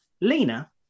Lena